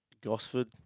Gosford